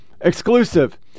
Exclusive